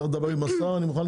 אם צריך לדבר עם השר אני מוכן.